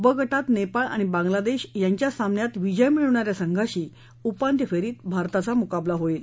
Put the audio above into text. ब गटात नप्रिळ आणि बांगला दक्षीयांच्या सामन्यात विजय मिळवणा या संघाशी उपांत्य फ्रित भारताचा मुकाबला होईल